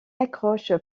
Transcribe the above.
accroche